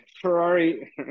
Ferrari